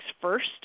first